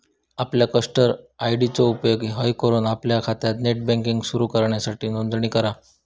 आपल्या cluster ID चो उपेग हय करून आपल्या खात्यात नेट बँकिंग सुरू करूच्यासाठी नोंदणी करा